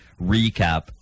recap